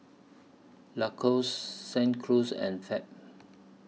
Lacoste Cruz and Fab